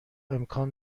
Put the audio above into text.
امکان